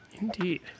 Indeed